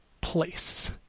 place